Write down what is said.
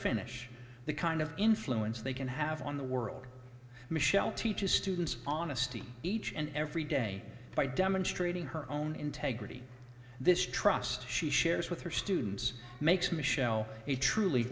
finish the kind of influence they can have on the world michelle teaches students honesty each and every day by demonstrating her own integrity this trust she shares with her students makes michelle a truly